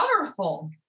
powerful